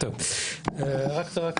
שהמטרה,